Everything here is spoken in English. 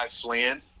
Flynn